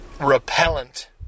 repellent